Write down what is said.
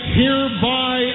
hereby